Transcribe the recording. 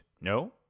No